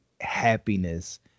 Happiness